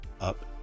up